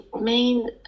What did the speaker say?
main